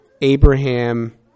Abraham